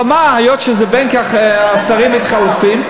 אבל היות שבין כך השרים מתחלפים,